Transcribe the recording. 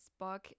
Spock